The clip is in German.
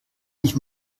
mich